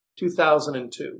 2002